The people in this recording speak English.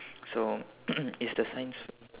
so is the science